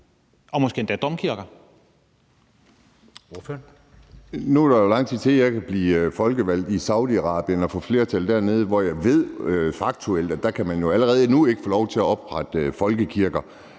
Andersen (NB): Nu er der jo lang tid til, jeg kan blive folkevalgt i Saudi-Arabien og få flertal dernede, hvor jeg jo faktuelt ved at man allerede nu ikke kan få lov til at oprette kirker,